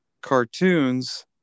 cartoons